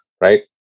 right